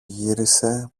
γύρισε